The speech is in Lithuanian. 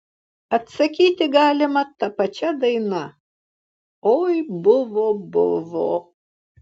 atsakyti galima ta pačia daina oi buvo buvo